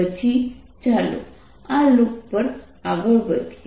પછી ચાલો આ લૂપ પર આગળ વધીએ